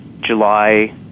July